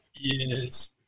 Yes